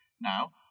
now